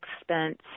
expense